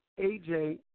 AJ